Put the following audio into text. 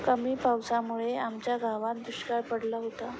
कमी पावसामुळे आमच्या गावात दुष्काळ पडला होता